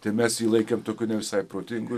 tai mes jį laikėm ko nevisai protingu